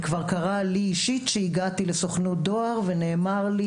כבר קרה לי אישית שהגעתי לסוכנות דואר ונאמר לי,